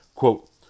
Quote